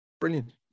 brilliant